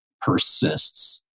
persists